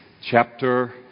chapter